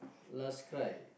last cry